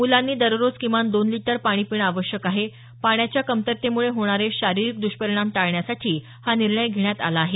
मुलांनी दररोज किमान दोन लीटर पाणी पिणं आवश्यक आहे पाण्याच्या कमतरतेमुळे होणारे शारीरिक दष्परिणाम टाळण्यासाठी हा निर्णय घेण्यात आला आहे